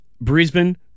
Brisbane